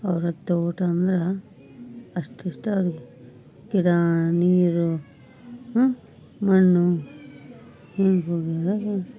ಅವ್ರು ತೋಟ ಅಂದ್ರೆ ಅಷ್ಟಿಷ್ಟ ಅವ್ರಿಗೆ ಗಿಡ ನೀರು ಮಣ್ಣು ಎಲ್ಲಿ ಹೋಗ್ಯಾರೋ ಏನೋ